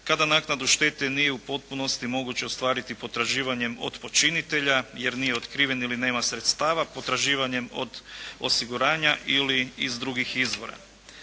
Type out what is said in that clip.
kada naknadu štete nije u potpunosti moguće ostvariti potraživanjem od počinitelja jer nije otkriven ili nema sredstava, potraživanjem od osiguranja ili iz drugih izvora.